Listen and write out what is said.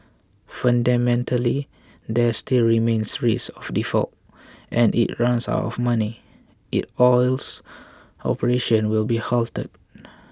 fundamentally there still remains risk of default and if it runs out of money its oils operations will be halted